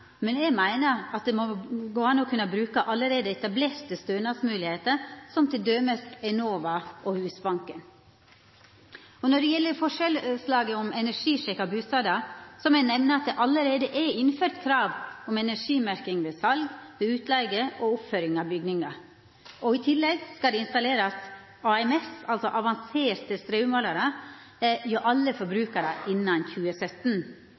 men eg meiner at det må gå an å bruka allereie etablerte stønadsmoglegheiter, som t.d. Enova og Husbanken. Når det gjeld forslaget om energisjekk av bustader, må eg nemna at det allereie er innført krav om energimerking ved sal, utleige og oppføring av bygningar. I tillegg skal det installerast AMS – avanserte straummålarar – hjå alle forbrukarar innan 2017.